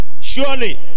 Surely